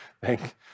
Thank